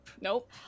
Nope